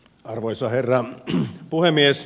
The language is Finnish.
arvoisa herra puhemies